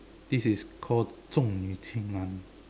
this is called 重女轻男